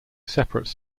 separate